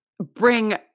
bring